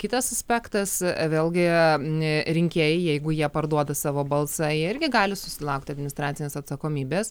kitas aspektas vėl gi rinkėjai jeigu jie parduoda savo balsą jie irgi gali susilaukti administracinės atsakomybės